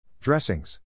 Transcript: Dressings